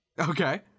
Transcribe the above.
okay